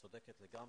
את צודקת לגמרי,